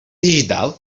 digital